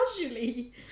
casually